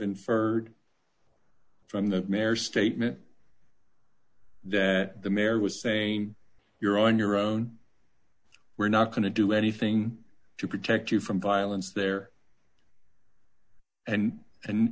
inferred from that mare statement that the mayor was saying you're on your own we're not going to do anything to protect you from violence there and and